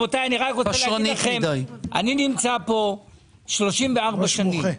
אני נמצא פה 34 שנים.